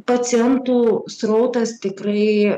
pacientų srautas tikrai